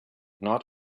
not